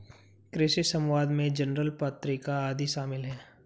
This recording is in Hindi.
कृषि समवाद में जर्नल पत्रिका आदि शामिल हैं